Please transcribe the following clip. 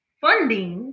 funding